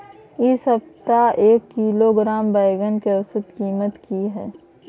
इ सप्ताह एक किलोग्राम बैंगन के औसत कीमत की हय?